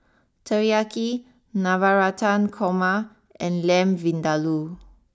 Teriyaki Navratan Korma and Lamb Vindaloo